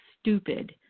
stupid